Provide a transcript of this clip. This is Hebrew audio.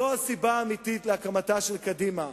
זאת הסיבה האמיתית להקמתה של קדימה.